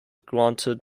granted